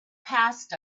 passed